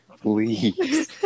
Please